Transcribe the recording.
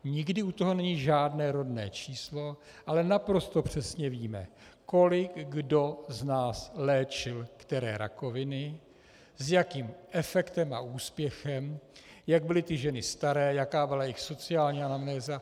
Nikdy u toho není žádné rodné číslo, ale naprosto přesně víme, kolik kdo z nás léčil které rakoviny, s jakým efektem a úspěchem, jak byly ty ženy staré, jaká byla jejich sociální anamnéza.